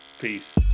Peace